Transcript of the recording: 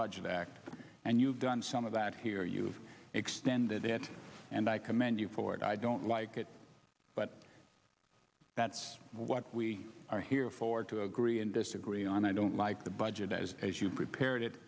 budget act and you've done some of that here you've extended it and i commend you for it i don't like it but that's what we are here for to agree and disagree on i don't like the budget as you prepared it